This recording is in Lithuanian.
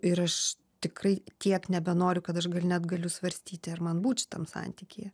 ir aš tikrai tiek nebenoriu kad aš net galiu svarstyti ar man būt šitam santykyje